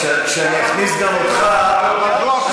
כשאני אכניס גם אותך, מדוע אפליה?